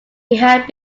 had